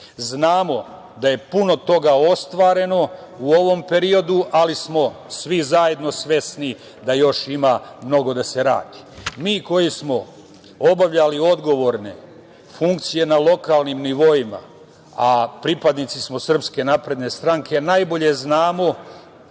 da je puno toga ostvareno u ovom periodu, ali smo svi zajedno svesni da još ima mnogo da se radi. Mi koji smo obavljali odgovorne funkcije na lokalnim nivoima, a pripadnici smo SNS, najbolje znamo